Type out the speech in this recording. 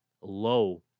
low